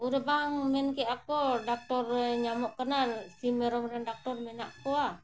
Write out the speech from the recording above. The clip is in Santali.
ᱩᱱᱨᱮ ᱵᱟᱝ ᱢᱮᱱ ᱠᱮᱫᱟᱠᱚ ᱰᱟᱠᱴᱚᱨ ᱨᱮ ᱧᱟᱢᱚᱜ ᱠᱟᱱᱟ ᱥᱤᱢ ᱢᱮᱨᱚᱢ ᱨᱮᱱ ᱰᱟᱠᱴᱚᱨ ᱢᱮᱱᱟᱜ ᱠᱚᱣᱟ